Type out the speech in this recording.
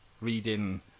reading